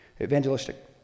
Evangelistic